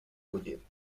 bullir